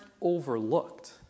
overlooked